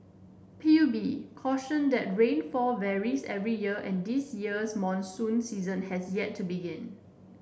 P U B cautioned that rainfall varies every year and this year's monsoon season has yet to begin